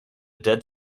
dead